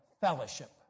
fellowship